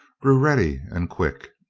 grew ready and quick.